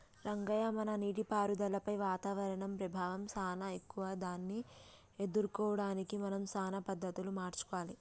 రంగయ్య మన నీటిపారుదలపై వాతావరణం ప్రభావం సానా ఎక్కువే దాన్ని ఎదుర్కోవడానికి మనం సానా పద్ధతులు మార్చుకోవాలి